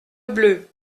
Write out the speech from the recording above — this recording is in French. bleue